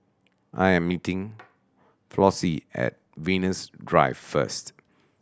I am meeting Flossie at Venus Drive first